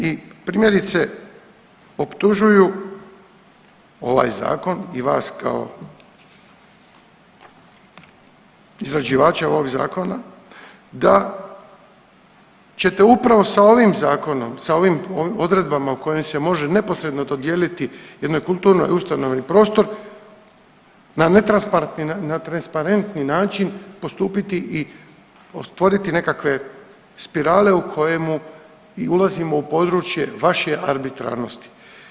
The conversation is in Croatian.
I primjerice optužuju ovaj zakon i vas kao izrađivača ovog zakona da ćete upravo sa ovim zakonom, sa ovim odredbama kojim se može neposredno dodijeliti jednoj kulturnoj ustanovi prostor na netransparentni način postupiti i otvoriti nekakve spirale u kojemu i ulazimo u područje vaše arbitrarnosti.